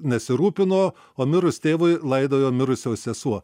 nesirūpino o mirus tėvui laidojo mirusio sesuo